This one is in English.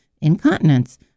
incontinence